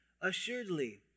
assuredly